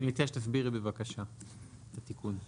אני מציע שתסבירי בבקשה את התיקון.